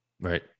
Right